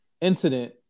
incident